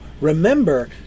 Remember